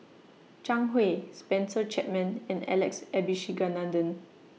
Zhang Hui Spencer Chapman and Alex Abisheganaden